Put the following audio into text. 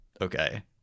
okay